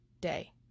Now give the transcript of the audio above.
day